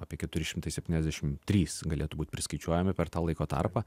apie keturi šimtai septyniasdešim trys galėtų būt priskaičiuojami per tą laiko tarpą